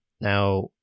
Now